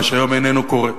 מה שהיום לא קורה.